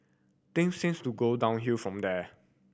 things seemed to go downhill from there